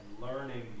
learning